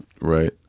Right